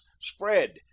spread